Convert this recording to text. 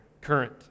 current